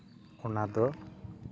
ᱚᱱᱟ ᱫᱚ